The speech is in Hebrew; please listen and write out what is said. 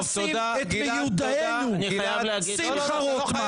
זאב, תלמד לשחרר.